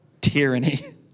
tyranny